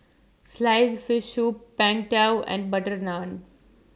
Sliced Fish Soup Png Tao and Butter Naan